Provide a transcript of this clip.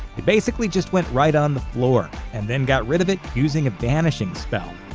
they basically just went right on the floor, and then got rid of it using a vanishing spell.